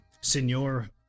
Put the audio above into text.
Signor